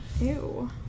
Ew